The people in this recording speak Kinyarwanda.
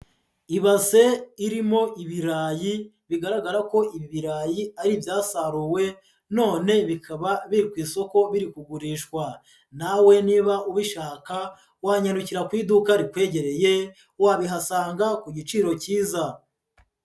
Ibase irimo ibirayi bigaragara ko ibi birayi ari ibyasaruwe none bikaba biri ku isoko biri kugurishwa, nawe niba ubishaka wanyarukira ku iduka rikwegereye wabihasanga ku giciro cyiza.